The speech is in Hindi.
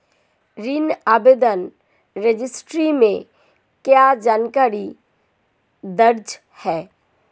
ऋण आवेदन रजिस्टर में क्या जानकारी दर्ज है?